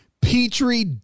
Petri